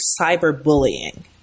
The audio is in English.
cyberbullying